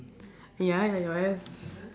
ya